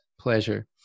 pleasure